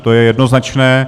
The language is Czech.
To je jednoznačné.